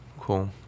Cool